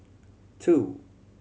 two